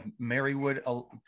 Marywood